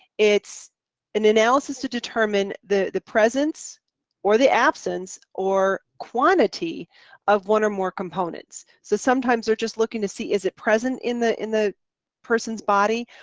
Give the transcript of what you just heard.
it's an analysis to determine the the presence or the absence, or quantity of one or more components. so sometimes, they're just looking to see, is it present in the in the person's body,